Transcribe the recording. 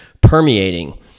permeating